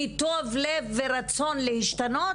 מטוב לב ורצון להשתנות,